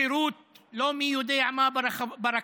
שירות לא מי יודע מה ברכבות